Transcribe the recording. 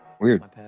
Weird